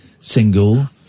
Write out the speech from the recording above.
single